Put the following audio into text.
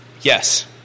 yes